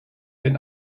den